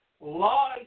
law